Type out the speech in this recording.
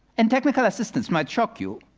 and technical assistance might shock you,